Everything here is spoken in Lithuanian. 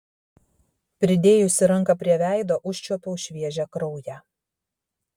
pridėjusi ranką prie veido užčiuopiau šviežią kraują